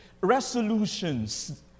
resolutions